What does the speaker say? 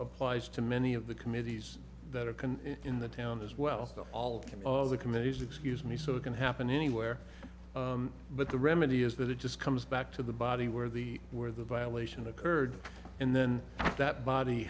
applies to many of the committees that are can in the town as well all come on the committees excuse me so it can happen anywhere but the remedy is that it just comes back to the body where the where the violation occurred and then that body